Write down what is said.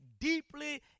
deeply